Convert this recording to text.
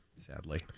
sadly